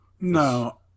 No